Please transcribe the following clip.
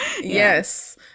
yes